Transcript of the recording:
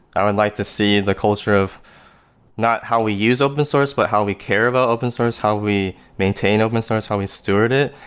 i would like to see the culture of not how we use open source, but how we care about ah open source, how we maintain open source, how we steward it.